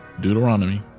Deuteronomy